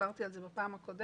והסברתי על זה בפעם הקודמת.